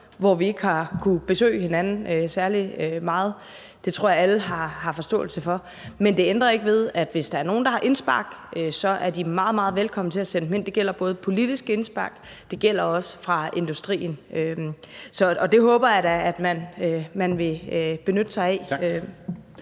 hvor vi ikke har kunnet besøge hinanden særlig meget – det tror jeg at alle har forståelse for. Men det ændrer ikke ved, at hvis der er nogen, der har indspark, er de meget, meget velkomne til at sende dem ind; det gælder både politiske indspark, og det gælder også indspark fra industrien. Og det håber jeg da at man vil benytte sig af.